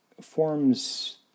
forms